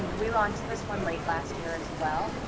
we launch this one late last year as well.